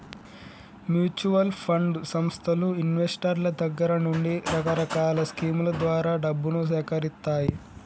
mutual fund సంస్థలు ఇన్వెస్టర్ల దగ్గర నుండి రకరకాల స్కీముల ద్వారా డబ్బును సేకరిత్తాయి